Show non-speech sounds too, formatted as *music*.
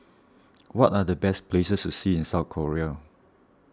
*noise* what are the best places to see in South Korea